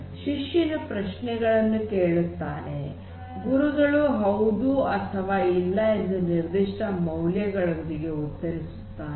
ಶಿಷ್ಯನು ಪ್ರಶ್ನೆಗಳನ್ನು ಕೇಳುತ್ತಾನೆ ಗುರುಗಳು ಹೌದು ಅಥವಾ ಇಲ್ಲ ಎಂದು ನಿರ್ಧಿಷ್ಟ ಮೌಲ್ಯಗಳೊಂದಿಗೆ ಉತ್ತರಿಸುತ್ತಾನೆ